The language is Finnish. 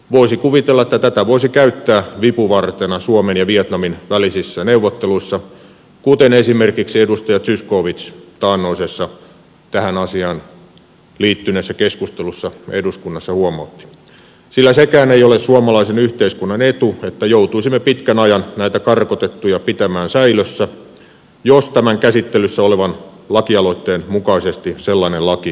voisi kuvitella että tätä voisi käyttää vipuvartena suomen ja vietnamin välisissä neuvotteluissa kuten esimerkiksi edustaja zyskowicz taannoisessa tähän asiaan liittyneessä keskustelussa eduskunnassa huomautti sillä sekään ei ole suomalaisen yhteiskunnan etu että joutuisimme pitkän ajan näitä karkotettuja pitämään säilössä jos tämän käsittelyssä olevan lakialoitteen mukaisesti sellainen laki voimaan tulisi